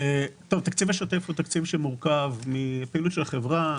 התקציב השוטף מורכב מפעילות של החברה.